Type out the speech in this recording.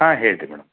ಹಾಂ ಹೇಳಿರಿ ಮೇಡಮ್